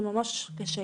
זה ממש קשה.